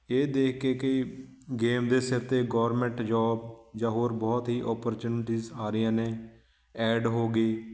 ਇਹ ਦੇਖ ਕੇ ਕਿ ਗੇਮ ਦੇ ਸਿਰ 'ਤੇ ਗੌਰਮੈਂਟ ਜੋਬ ਜਾਂ ਹੋਰ ਬਹੁਤ ਹੀ ਓਪਰਚੁੰਨਟੀਸ ਆ ਰਹੀਆਂ ਨੇ ਐਡ ਹੋ ਗਈ